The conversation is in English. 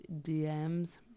DMs